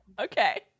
Okay